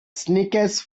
snickers